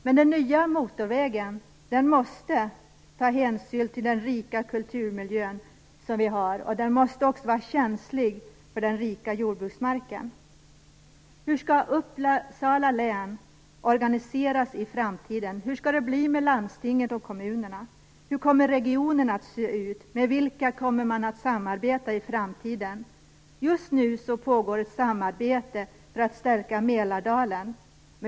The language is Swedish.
Men den nya motorvägen måste byggas med hänsyn till den rika kulturmiljö vi har. Man måste också vara känslig för den rika jordbruksmarken när man bygger. Hur kommer regionerna att se ut? Med vilka kommer man att samarbeta i framtiden? Just nu pågår ett samarbete för att stärka Mälardalen.